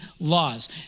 laws